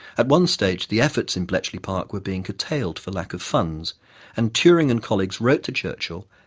at one stage the efforts in bletchley park were being curtailed for lack of funds and turing and colleagues wrote to churchill,